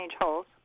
holes